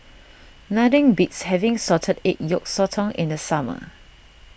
nothing beats having Salted Egg Yolk Sotong in the summer